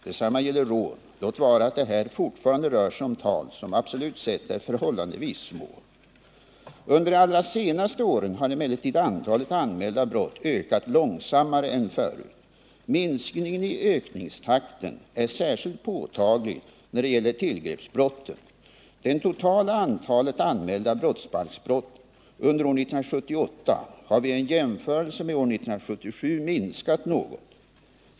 Detsamma gäller rån, låt vara att det här fortfarande rör sig om tal som absolut sett är förhållandevis små. Under de allra senaste åren har emellertid antalet anmälda brott ökat långsammare än förut. Minskningen i ökningstakten är särskilt påtaglig när det gäller tillgreppsbrotten. Det totala antalet anmälda brottsbalksbrott under år 1978 har vid en jämförelse med år 1977 minskat något.